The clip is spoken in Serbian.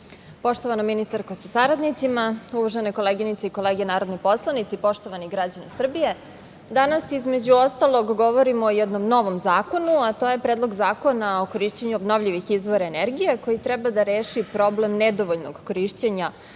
ministarko sa saradnicima, uvažene koleginice i kolege narodni poslanici, poštovani građani Srbije, danas između ostalog govorimo o jednom novom zakonu, a to je Predlog zakona o korišćenju obnovljivih izvora energije, koji treba da reši problem nedovoljnog korišćenja